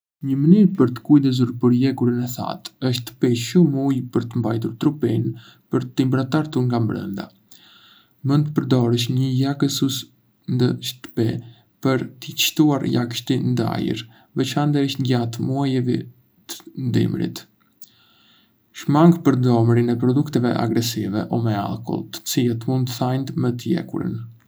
Një mënyrë për të kujdesur për lëkurën e thatë është të pish shumë ujë për të mbajtur trupin të hidratuar nga brënda. Mund të përdorësh një lagësues ndë shtëpi për të shtuar lagështi ndë ajër, veçandërisht gjatë muajve të dimrit. Shmang përdorimin e produkteve agresive o me alkool, të cilat mund ta thajndë më tej lëkurën.